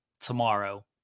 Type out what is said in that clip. Tomorrow